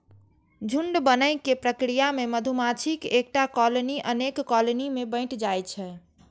झुंड बनै के प्रक्रिया मे मधुमाछीक एकटा कॉलनी अनेक कॉलनी मे बंटि जाइ छै